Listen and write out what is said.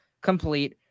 complete